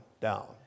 down